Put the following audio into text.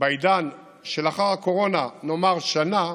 בעידן שלאחר הקורונה, נאמר שנה,